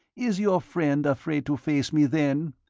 is your friend afraid to face me, then?